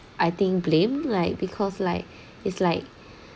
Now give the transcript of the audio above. I think blame like because like it's like